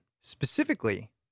specifically